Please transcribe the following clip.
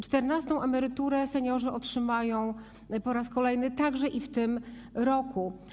Czternastą emeryturę seniorzy otrzymają po raz kolejny także i w tym roku.